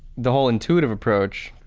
the whole intuitive approach,